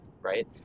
right